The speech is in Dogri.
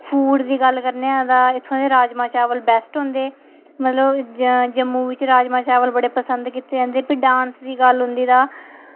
फूड़ दी गल्ल करने आं ता इत्थें दे राजमां बड़े बेस्ट होंदे मतलब जम्मू बिच चावल जेह्ड़े बड़े पसंद कीते जंदे भी डांस दी गल्ल औंदी तां